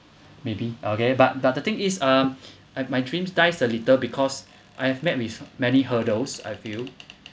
maybe I'll get it but the other thing is um at my dream dies a little because I've met with many hurdles I feel